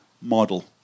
model